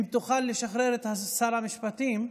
אם תוכל לשחרר את שר המשפטים,